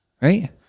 right